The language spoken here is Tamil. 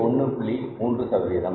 3 சதவீதம்